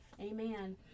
Amen